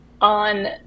on